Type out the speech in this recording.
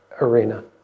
arena